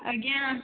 ଆଜ୍ଞା